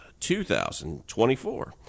2024